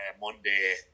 Monday